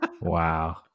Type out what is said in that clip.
Wow